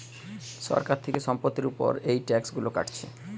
সরকার থিকে সম্পত্তির উপর এই ট্যাক্স গুলো কাটছে